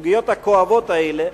הסוגיות הכואבות האלה,